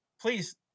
please